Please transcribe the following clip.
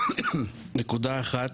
נקודה אחת,